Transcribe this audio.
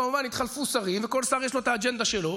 כמובן, התחלפו שרים וכל שר יש לו את האג'נדה שלו.